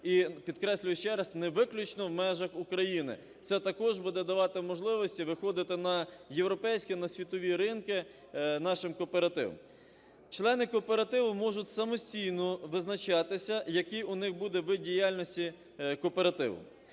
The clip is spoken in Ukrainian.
і підкреслюю ще раз, не виключно в межах України. Це також буде давати можливості виходити на європейські, на світові ринки нашим кооперативам. Члени кооперативу можуть самостійно визначатися, який у них буде вид діяльності кооперативу.